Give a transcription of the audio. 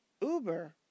uber